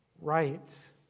right